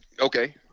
okay